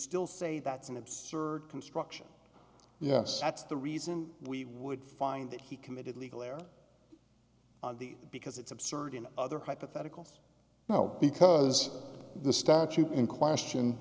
still say that's an absurd construction yes that's the reason we would find that he committed legal error on the because it's absurd in other hypotheticals now because the statute in question